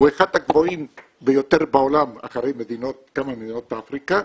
הוא אחד הגבוהים ביותר בעולם אחרי כמה ממדינות אפריקה,